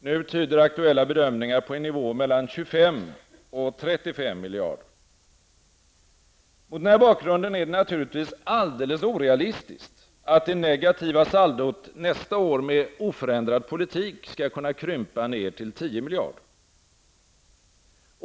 Nu tyder aktuella bedömningar på en nivå mellan 25 och 35 miljarder. Mot denna bakgrund är det naturligtvis alldeles orealistiskt att det negativa saldot nästa år med oförändrad politik skall krympa ned till 10 miljarder.